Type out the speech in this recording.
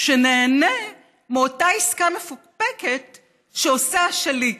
שנהנה מאותה עסקה מפוקפקת שעושה השליט,